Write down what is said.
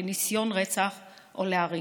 לניסיון רצח או להריגה,